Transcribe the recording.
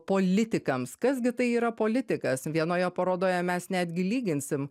politikams kas gi tai yra politikas vienoje parodoje mes netgi lyginsim